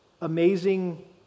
Amazing